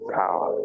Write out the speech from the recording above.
power